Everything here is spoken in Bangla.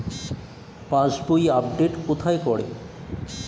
পাসবই আপডেট কোথায় করে?